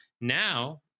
Now